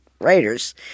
writers